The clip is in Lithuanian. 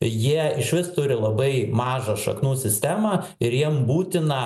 jie išvis turi labai mažą šaknų sistemą ir jiem būtina